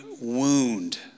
wound